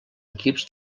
equips